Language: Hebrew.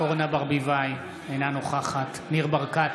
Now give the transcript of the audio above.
אורנה ברביבאי, אינה נוכחת ניר ברקת,